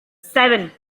seven